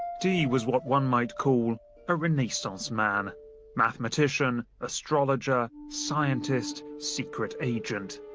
dee was what one might call a renaissance man mathematician, astrologer, scientist, secret agent.